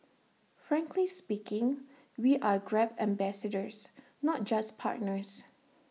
frankly speaking we are grab ambassadors not just partners